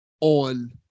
on